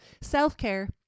self-care